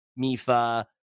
Mifa